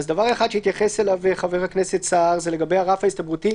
דבר אחד שהתייחס אליו חבר הכנסת סער הוא לגבי הרף ההסתברותי,